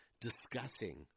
discussing